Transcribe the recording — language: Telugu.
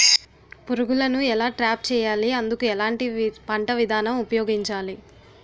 పురుగులను ఎలా ట్రాప్ చేయాలి? అందుకు ఎలాంటి పంట విధానం ఉపయోగించాలీ?